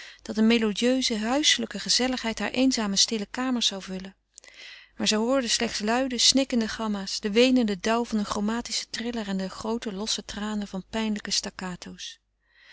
dat eene melodieuze huiselijke gezelligheid hare eenzame stille kamers zou vervullen maar zij hoorde slechts luide snikkende gamma's den weenenden dauw van een chromatischen triller en de groote losse tranen van pijnlijke staccato's